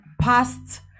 past